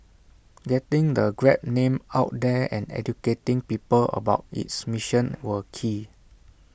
getting the grab name out there and educating people about its mission were key